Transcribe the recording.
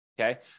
okay